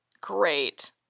great